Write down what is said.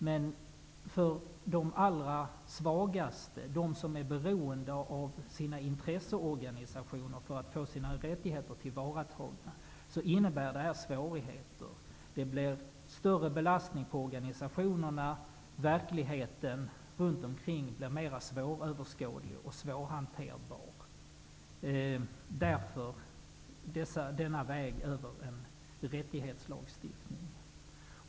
Men för de svagaste och dem som är beroende av intresseorganisationer för att få sina rättigheter tillvaratagna innebär detta svårigheter. Det blir större belastning på organisationerna. Verkligheten blir mer svåröverskådlig och svårhanterbar. Därför behövs denna väg över en rättighetslagstiftning.